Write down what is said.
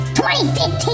2015